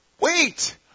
Wait